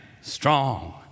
strong